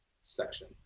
section